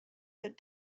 that